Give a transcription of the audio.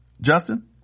justin